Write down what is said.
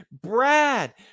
Brad